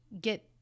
get